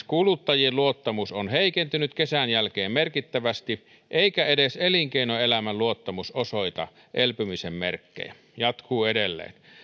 kuluttajien luottamus on heikentynyt kesän jälkeen merkittävästi eikä edes elinkeinoelämän luottamus osoita elpymisen merkkejä jatkuu edelleen